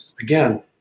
Again